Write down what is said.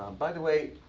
by the way,